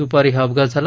द्पारी हा अपघात झाला